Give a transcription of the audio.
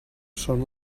són